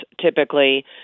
typically